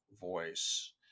voice